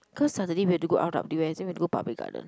cause Saturday we have to go R_W_S then we have to go Public Garden